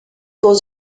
was